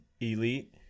Elite